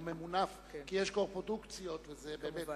הוא ממונף, כי יש קופרודוקציות, וזה באמת, כמובן.